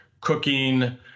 cooking